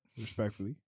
respectfully